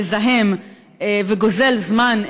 מזהם וגוזל זמן,